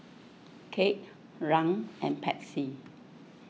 Kate Rand and Patsy